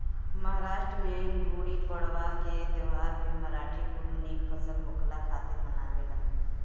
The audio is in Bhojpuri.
महाराष्ट्र में गुड़ीपड़वा के त्यौहार भी मराठी कुल निक फसल होखला खातिर मनावेलन